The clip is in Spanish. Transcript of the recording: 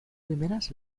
primeras